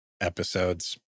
episodes